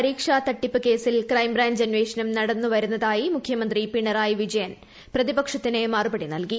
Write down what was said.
പരീക്ഷാ തട്ടിപ്പ് കേസിൽ ക്രൈംബ്രാഞ്ച് അന്വേഷണം നടന്നുവരുന്നതായി മുഖ്യമന്ത്രി പിണറായി ഷിജയൻ പ്രതിപക്ഷത്തിന് മറുപടി നൽകി